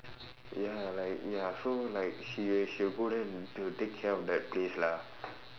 ya like ya so like she she will go there and to take care of that place lah